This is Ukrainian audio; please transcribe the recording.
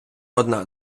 одна